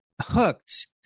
hooked